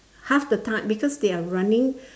half the time because they are running